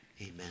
Amen